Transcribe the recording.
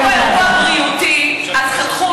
כשהיה פה אירוע בריאותי אז חתכו